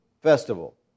festival